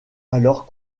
alors